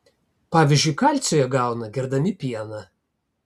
pavyzdžiui kalcio jie gauna gerdami pieną